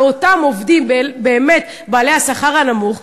אבל לאותם עובדים שהם באמת בעלי השכר הנמוך,